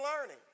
learning